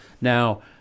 now